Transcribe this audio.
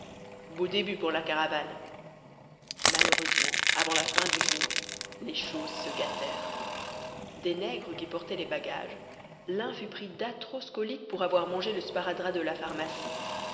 beau début pour la caravane malheureusement avant la fin du jour les choses se gâtèrent des nègres qui portaient les bagages l'un fut pris d'atroces coliques pour avoir mangé le sparadrap de la pharmacie